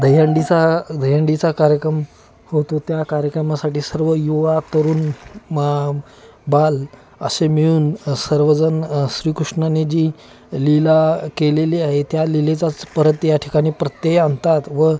दहीहंडीचा दहीहंडीचा कार्यक्रम होतो त्या कार्यक्रमासाठी सर्व युवा तरुण म बाल असे मिळून सर्वजण श्रीकृष्णाने जी लीला केलेली आहे त्या लीलेचाच परत या ठिकाणी प्रत्यय आणतात व